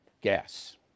Gas